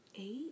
eight